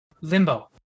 Limbo